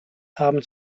haben